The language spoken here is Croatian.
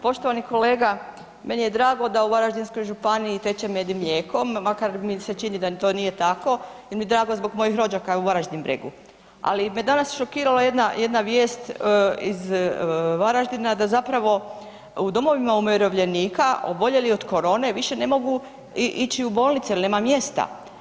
Poštovani kolega meni je drago da u Varaždinskoj županiji teče med i mlijeko makar mi se čini da to nije tako, jer mi je drago zbog mojih rođaka u Varaždin Bregu, ali me danas šokirala jedna, jedna vijest iz Varaždina da zapravo u domovima umirovljenika oboljeli od korone više ne mogu ići u bolnice jer nema mjesta.